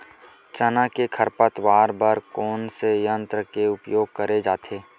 चना के खरपतवार बर कोन से यंत्र के उपयोग करे जाथे?